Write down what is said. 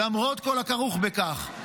למרות כל הכרוך בכך.